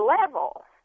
level